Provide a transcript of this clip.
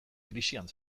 krisian